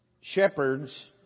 shepherds